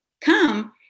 come